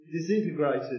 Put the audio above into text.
disintegrated